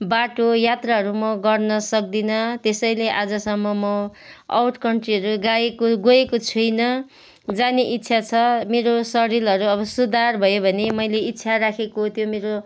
बाटो यात्राहरू म गर्न सक्दिनँ त्यसैले आजसम्म म आउट कन्ट्रीहरू गएको गएको छुइनँ जाने इच्छा छ मेरो शरीरहरू अब सुधार भयो भने मैले इच्छा राखेको त्यो मेरो